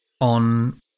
on